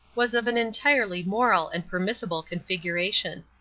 was of an entirely moral and permissible configuration.